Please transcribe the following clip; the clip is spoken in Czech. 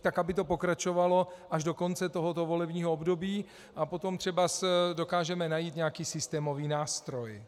Tak je třeba, aby to pokračovalo až do konce tohoto volebního období, a potom třeba dokážeme najít nějaký systémový nástroj.